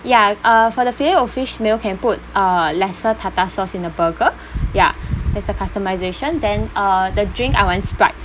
ya uh for the filet-o-fish meal can put uh lesser tartar sauce in the burger ya there's the customisation then uh the drink I want sprite